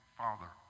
father